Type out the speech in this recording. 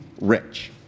rich